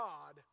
God